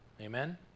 Amen